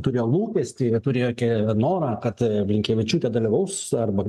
turėjo lūkestį turėjo ke norą kad blinkevičiūtė dalyvaus arba